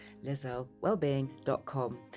LizelleWellbeing.com